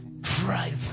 drive